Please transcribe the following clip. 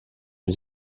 les